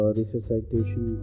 resuscitation